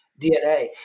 DNA